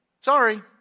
Sorry